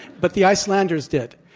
but the icelanders did.